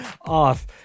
off